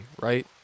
right